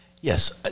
Yes